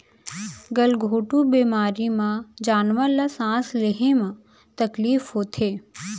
गल घोंटू बेमारी म जानवर ल सांस लेहे म तकलीफ होथे